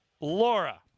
Laura